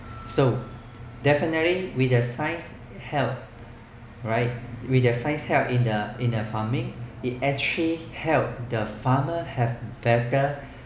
so definitely with the science help right with the science help in the in the farming it actually help the farmer have better